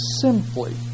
simply